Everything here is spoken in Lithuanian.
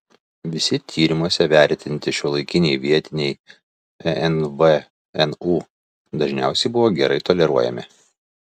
visi tyrimuose vertinti šiuolaikiniai vietiniai nvnu dažniausiai buvo gerai toleruojami